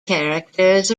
characters